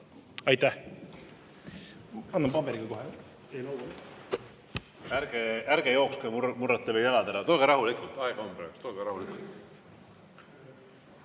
Aitäh!